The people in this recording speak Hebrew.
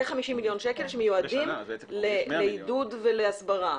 כ-50 מיליון שמיועדים לעידוד ולהסברה.